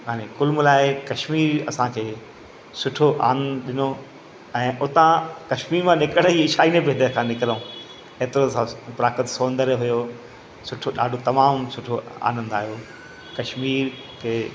यानि कुलु मिलाए कश्मीर असांखे सुठो आनंदु ॾिनो ऐं हुतां कश्मीर मां निकिरे ई शाइने विदय खां निकिरूं हेतिरो साफ़ु प्राकृत सौंदर्य हुओ सुठो ॾाढो तमामु सुठो आनंदु आहियो कश्मीर खे